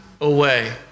away